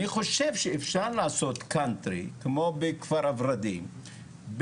אני חושב שאפשר לעשות קאנטרי כמו בכפר ורדים,